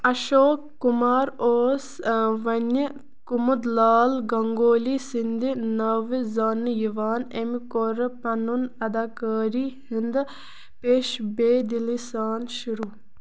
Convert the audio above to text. اَشوک کُمار اوس وۄنہِ کُمُد لال گنٛگولی سٕنٛدِ ناوِ زانٛنہٕ یِوان اَمہِ کوٚر پنُن اَداکٲری ہُنٛدٕ پیشہٕ بے دِلٕے سان شُروٗع